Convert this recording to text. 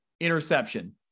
interception